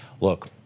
Look